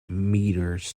meters